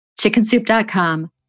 chickensoup.com